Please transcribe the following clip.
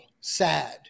sad